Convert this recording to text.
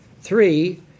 Three